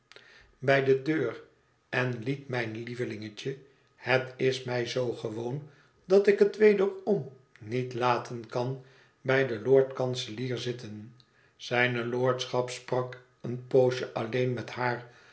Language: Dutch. jufvrouw summerson deur en liet mijn lievelingetje het is mij zoo gewoon dat ik het wederom niet laten kan bij den lord-kanselier zitten zijne lordschap sprak een poosje alleen met haar